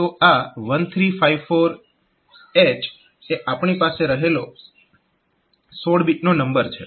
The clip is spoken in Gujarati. તો આ 1354H એ આપણી પાસે રહેલો 16 બીટ નંબર છે